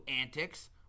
antics